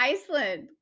Iceland